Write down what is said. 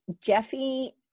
Jeffy